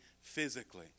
physically